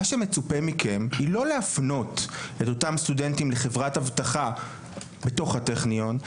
מה שמצופה מכם זה לא להפנות את אותם סטודנטים לחברת אבטחה בתוך הטכניון,